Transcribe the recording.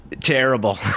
terrible